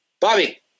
Bobby